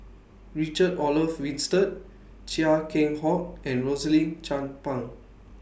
Richard Olaf Winstedt Chia Keng Hock and Rosaline Chan Pang